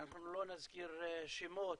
לא נזכיר שמות,